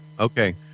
Okay